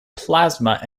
plasma